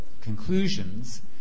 conclusions